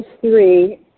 three